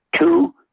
Two